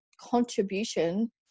contribution